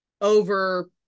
over